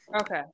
Okay